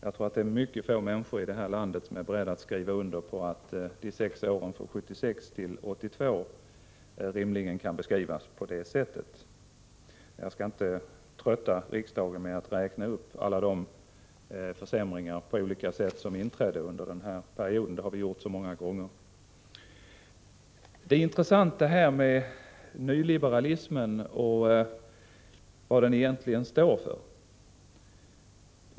Jag tror att det är mycket få människor här i landet som är beredda att skriva under att de sex åren från 1976 till 1982 rimligen kan beskrivas på det sättet. Jag skall inte trötta riksdagen med att räkna upp alla de försämringar på olika sätt som inträdde under den perioden; det har vi gjort så många gånger förut. Frågan om nyliberalismen och vad den egentligen står för är intressant.